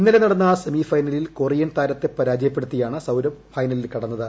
ഇന്നലെ നടന്ന സെമിഫൈനലിൽ കൊറിയൻ താരത്തെ പരാജയപ്പെടുത്തിയാണ് സൌരഭ് ഫൈനലിൽ കടന്നത്